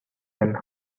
and